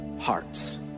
hearts